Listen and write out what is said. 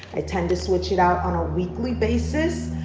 i tend to switch it out on a weekly basis.